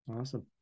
Awesome